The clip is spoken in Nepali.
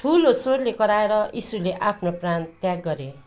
ठुलो स्वरले कराएर येशूले आफ्नो प्राण त्याग गरे